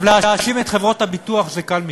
להאשים את חברות הביטוח זה קל מדי.